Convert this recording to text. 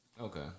Okay